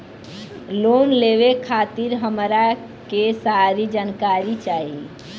Loan लेवे खातीर हमरा के सारी जानकारी चाही?